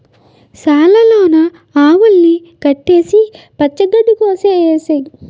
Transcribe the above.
సాల లోన ఆవుల్ని కట్టేసి పచ్చ గడ్డి కోసె ఏసేయ్